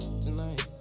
tonight